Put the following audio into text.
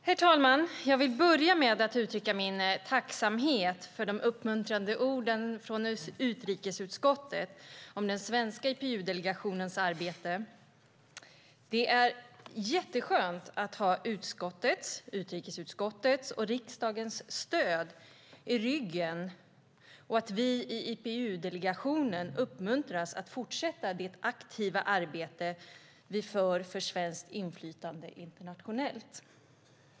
Herr talman! Jag vill börja med att uttrycka min tacksamhet för de uppmuntrande orden från utrikesutskottet om den svenska IPU-delegationens arbete. Det är mycket skönt att ha utrikesutskottets och riksdagens stöd i ryggen och att vi i IPU-delegationen uppmuntras att fortsätta det aktiva arbete vi för i fråga om svenskt inflytande internationellt.